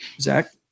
Zach